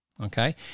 Okay